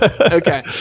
Okay